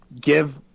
give